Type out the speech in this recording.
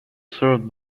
served